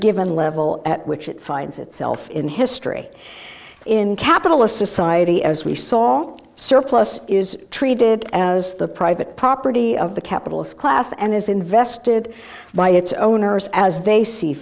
given level at which it finds itself in history in capitalist society as we saw surplus is treated as the private property of the capitalist class and is invested by its owners as they see